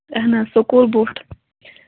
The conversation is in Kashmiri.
اَہَن حظ سکوٗل بوٗٹھ